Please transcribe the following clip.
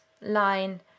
line